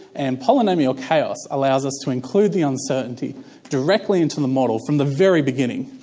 and polynomial chaos allows us to include the uncertainty directly into the model from the very beginning.